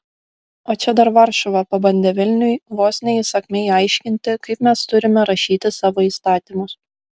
o čia dar varšuva pabandė vilniui vos ne įsakmiai aiškinti kaip mes turime rašyti savo įstatymus